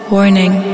Warning